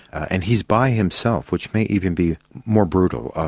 and he's by himself, which may even be more brutal.